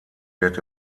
wird